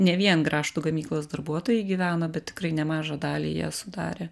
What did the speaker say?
ne vien grąžtų gamyklos darbuotojai gyveno bet tikrai nemažą dalį jie sudarė